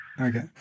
Okay